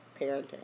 parenting